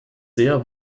sehr